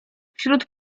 wśród